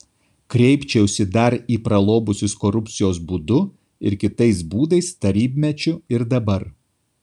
kreipčiausi dar į pralobusius korupcijos būdu ir kitais būdais tarybmečiu ir dabar